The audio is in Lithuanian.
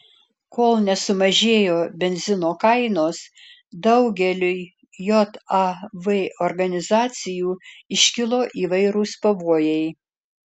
kol nesumažėjo benzino kainos daugeliui jav organizacijų iškilo įvairūs pavojai